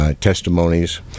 testimonies